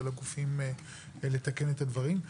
על הגופים לתקן את הדברים,